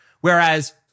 Whereas